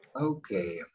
okay